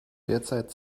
derzeit